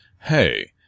hey